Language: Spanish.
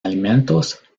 alimentos